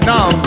Now